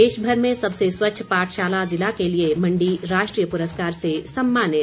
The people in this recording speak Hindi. देशभर में सबसे स्वच्छ पाठशाला ज़िला के लिए मण्डी राष्ट्रीय पुरस्कार से सम्मानित